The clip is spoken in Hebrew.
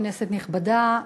כנסת נכבדה,